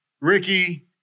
Ricky